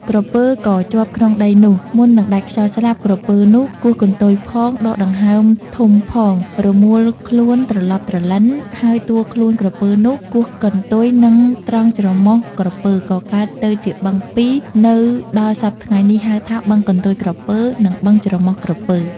ក្រពើក៏ជាប់ក្នុងដីនោះ មុននឹងដាច់ខ្យល់ស្លាប់ ក្រពើនោះគោះកន្ទុយផង ដកដង្ហើមធំផង រមូលខ្លួនត្រឡប់ ត្រឡិន ហើយតួខ្លួនក្រពើនោះគោះកន្ទុយ នឹងត្រង់ច្រមុះក្រពើ ក៏កើតទៅជាបឹង ២ នៅដល់សព្វថ្ងៃនេះ ហៅ ថា បឹងកន្ទុយក្រពើ និង បឹងច្រមុះក្រពើ ។